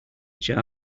jar